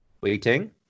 waiting